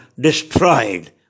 destroyed